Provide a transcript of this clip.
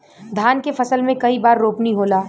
धान के फसल मे कई बार रोपनी होला?